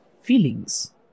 feelings